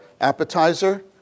appetizer